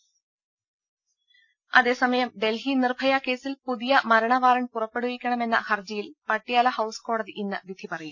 രുദ അതേസമയം ഡൽഹി നിർഭയ കേസിൽ പുതിയ മരണവാറണ്ട് പുറപ്പെടുവിക്കണമെന്ന ഹർജിയിൽ പട്ട്യാല ഹൌസ്കോടതി ഇന്ന് വിധി പറയും